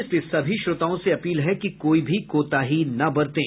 इसलिए सभी श्रोताओं से अपील है कि कोई भी कोताही न बरतें